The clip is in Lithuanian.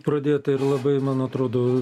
pradėta ir labai man atrodo